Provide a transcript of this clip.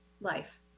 life